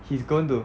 he's going to